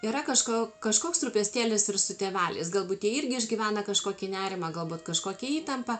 yra kažko kažkoks rūpestėlis ir su tėveliais galbūt jie irgi išgyvena kažkokį nerimą galbūt kažkokią įtampą